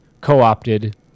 co-opted